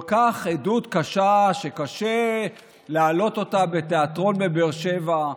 עדות כל כך קשה שקשה להעלות אותה בתיאטרון בבאר שבע.